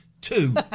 two